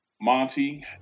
Monty